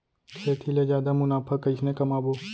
खेती ले जादा मुनाफा कइसने कमाबो?